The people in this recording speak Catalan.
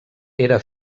era